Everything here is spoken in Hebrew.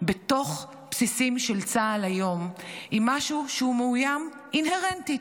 בתוך בסיסים של צה"ל היום היא משהו שהוא מאוים אינהרנטית.